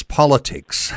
politics